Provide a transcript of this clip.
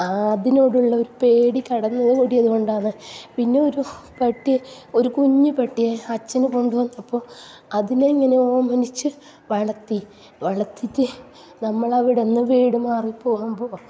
അതിനോടുള്ള ഒരു പേടി കടന്നുകൂടിയതു കൊണ്ടാന്ന് പിന്നെ ഒരു പട്ടിയെ ഒരു കുഞ്ഞു പട്ടിയെ അച്ഛൻ കൊണ്ടുവന്നപ്പോൾ അതിനെ ഇങ്ങനെ ഓമനിച്ചു വളർത്തി വളർത്തിട്ട് നമ്മളവിടന്ന് വീട് മാറി പോവുമ്പോൾ